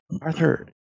Arthur